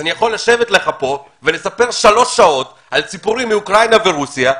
אני יכול לספר לך שלוש שעות סיפורים על אוקראינה ורוסיה,